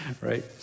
right